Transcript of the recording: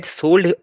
sold